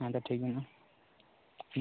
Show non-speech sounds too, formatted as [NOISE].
ᱦᱮᱸ ᱛᱚ ᱴᱷᱤᱠ ᱜᱮᱭᱟ ᱦᱟᱜ [UNINTELLIGIBLE]